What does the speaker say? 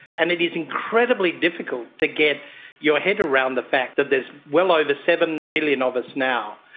and it is incredibly difficult to get your head around the fact that there is well over seven billion of us now.